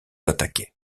attaqué